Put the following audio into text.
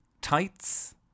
tights